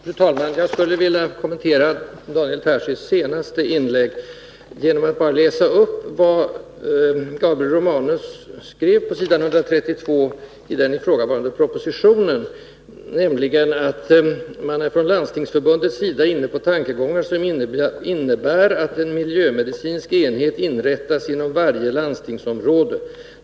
Fru talman! Jag skulle vilja kommentera Daniel Tarschys senaste inlägg genom att helt enkelt läsa upp vad Gabriel Romanus säger på s. 132 i ifrågavarande proposition. Enligt vad som står där är ”man från landstingsförbundets sida inne på tankegångar som innebär att en miljömedicinsk enhet inrättas inom varje landstingsområde.